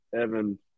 Evan